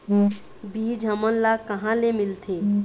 बीज हमन ला कहां ले मिलथे?